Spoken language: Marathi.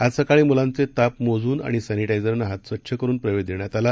आजसकाळीमुलांचेतापमोजूनआणिसॅनिटायझरनंहातस्वच्छकरूनप्रवेशदेण्यातआला